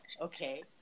okay